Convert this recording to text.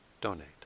donate